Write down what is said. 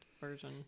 version